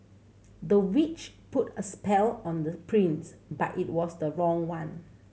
the witch put a spell on the prince but it was the wrong one